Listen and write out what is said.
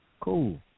Cool